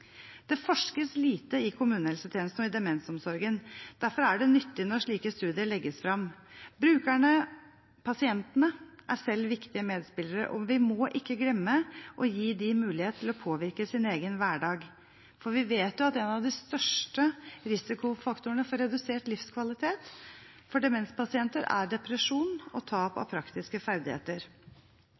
Det forskes lite i kommunehelsetjenesten og i demensomsorgen. Derfor er det nyttig når slike studier legges fram. Brukerne, pasientene, er selv viktige medspillere, og vi må ikke glemme å gi dem mulighet til å påvirke sin egen hverdag. Vi vet at en av de største risikofaktorene for redusert livskvalitet for demenspasienter er depresjon og tap av praktiske ferdigheter.